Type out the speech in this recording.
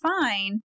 fine